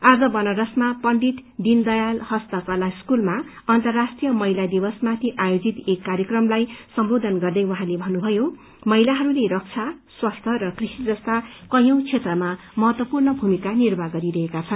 आज वाराणसमा पण्डित दीनदयाल हस्तकला स्कूलमा अन्तर्राष्ट्रीय महिला दिवसमाथि आयोजित एक कार्यकलाई सम्बोधन गर्दै उहाँले भन्नुभयो महिलाहरूले रक्षा स्वास्थ्य र कृषि जस्ता कैयौं क्षेत्रमा महत्वपूर्ण भूमिका निर्वाह गरिरहेका छन्